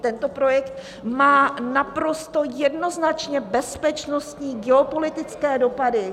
Tento projekt má naprosto jednoznačně bezpečnostní geopolitické dopady.